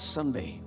Sunday